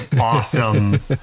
awesome